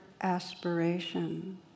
aspiration